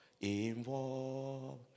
involved